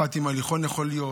אחת עם הליכון, יכול להיות.